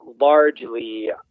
largely